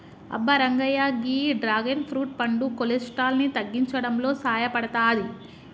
అబ్బ రంగయ్య గీ dragon fruit పండు కొలెస్ట్రాల్ ని తగ్గించడంలో సాయపడతాది